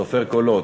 סופר קולות,